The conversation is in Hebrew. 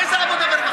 ממתי זה עבודה ורווחה?